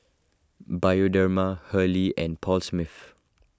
Bioderma Hurley and Paul Smith